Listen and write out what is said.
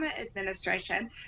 administration